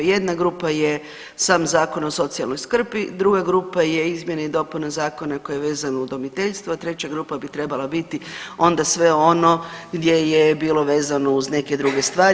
Jedna grupa je sam Zakon o socijalnoj skrbi, druga grupa je izmjene i dopune zakona koji je vezan uz udomiteljstvo, a treća grupa bi trebala biti onda sve ono gdje je bilo vezano uz neke druge stvari.